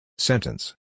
Sentence